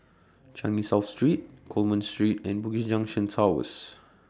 Changi South Street Coleman Street and Bugis Junction Towers